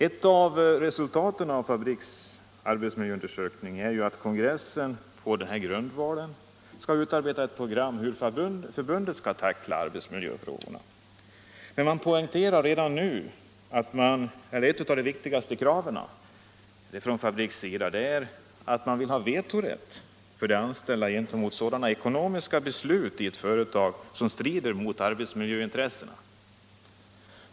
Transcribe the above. Ett av resultaten av Fabriks arbetsmiljöundersökning är att kongressen på denna grundval skall utarbeta ett program för hur förbundet skall tackla arbetsmiljöfrågorna. Men inom Fabriks poängterar man redan nu att ett av de viktigaste kraven är vetorätt för de anställda gentemot sådana ekonomiska beslut i ett företag som strider mot arbetsmiljöintressena.